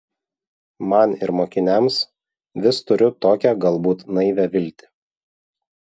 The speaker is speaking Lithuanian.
man ir mokiniams vis turiu tokią galbūt naivią viltį